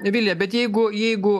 vilija bet jeigu jeigu